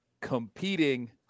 competing